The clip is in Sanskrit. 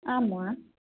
आम् वा